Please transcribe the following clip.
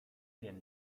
wiem